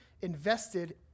invested